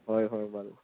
হয় হয় বাৰু